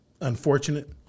unfortunate